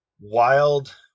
wild